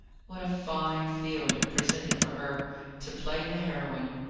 what a fine field it presented for her to play the heroine!